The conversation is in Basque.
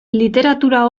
literatura